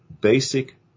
basic